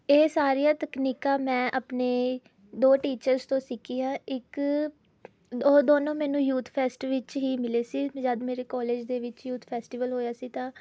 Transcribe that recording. ਇਹ ਸਾਰੀਆਂ ਤਕਨੀਕਾਂ ਮੈਂ ਆਪਣੇ ਦੋ ਟੀਚਰਸ ਤੋਂ ਸਿੱਖੀਆਂ ਇੱਕ ਉਹ ਦੋਨੋਂ ਮੈਨੂੰ ਯੂਥ ਫੇਸਟ ਵਿੱਚ ਹੇ ਮਿਲੇ ਸੀ ਜਦ ਮੇਰੇ ਕਾਲਜ ਦੇ ਵਿੱਚ ਯੂਥ ਫੈਸਟੀਵਲ ਹੋਇਆ ਸੀ ਤਾਂ